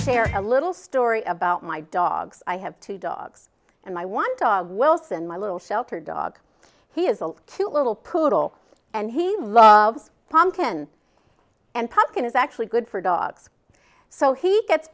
share a little story about my dogs i have two dogs and my one dog wilson my little shelter dog he is a cute little poodle and he loves pumpkin and pumpkin is actually good for dogs so he gets